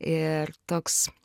ir toks